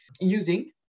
using